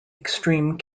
extreme